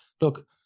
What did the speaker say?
look